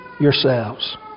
yourselves